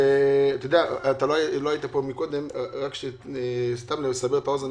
אתה לא היית פה קודם אז כדי לסבר את האוזן